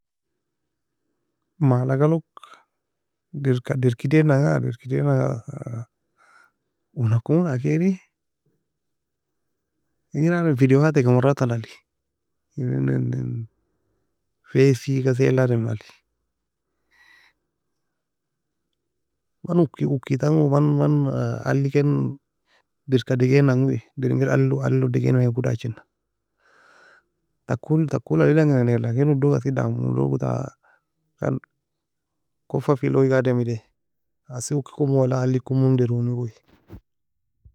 ملعقة log dirka dirk edienan dirk edienan ga uoe nakomo لكن engir adem video teka مرات nali, facebook, ghase la, adem nal man uki uki tan man man alie ken dirka degae nan goi dir engir alie alie log degainan weko dachina tako le ayein nail لكن uoe doge assi damo uoe doge oue ta koffafi oyie la adem edaie assi okir komo wala alie komo dir uoni.